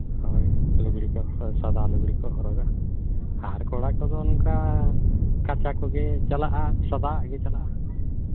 ᱦᱳᱭ ᱞᱩᱜᱽᱲᱤ ᱠᱚ ᱥᱟᱫᱟ ᱞᱩᱜᱽᱲᱤ ᱠᱚᱭ ᱦᱚᱨᱚᱜᱟ ᱟᱨ ᱠᱚᱲᱟ ᱠᱚᱫᱚ ᱚᱱᱠᱟ ᱠᱟᱪᱟ ᱠᱚᱜᱮ ᱪᱟᱞᱟᱜᱼᱟ ᱥᱟᱫᱟᱣᱟᱜ ᱜᱮ ᱪᱟᱞᱟᱜᱼᱟ